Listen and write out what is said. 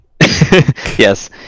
yes